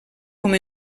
com